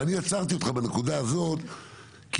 אבל אני עצרתי אותך בנקודה הזאת כי